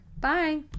Bye